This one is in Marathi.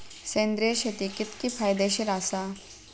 सेंद्रिय शेती कितकी फायदेशीर आसा?